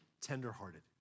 tenderhearted